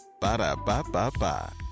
ba-da-ba-ba-ba